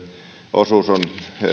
osuus on